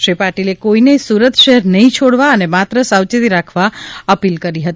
શ્રી પાટીલે કોઇનેય સુરત શહેર નહીં છોડવા અને માત્ર સાવચેતી રાખવા અપીલ કરી હતી